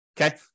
Okay